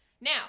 Now